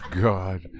God